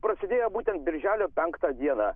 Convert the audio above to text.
prasidėjo būtent birželio penktą dieną